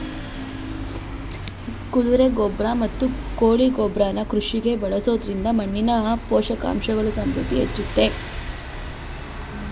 ಕುದುರೆ ಗೊಬ್ರ ಮತ್ತು ಕೋಳಿ ಗೊಬ್ರನ ಕೃಷಿಗೆ ಬಳಸೊದ್ರಿಂದ ಮಣ್ಣಿನ ಪೋಷಕಾಂಶಗಳ ಸಮೃದ್ಧಿ ಹೆಚ್ಚುತ್ತೆ